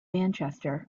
manchester